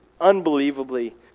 unbelievably